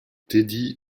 teddy